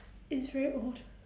it's very old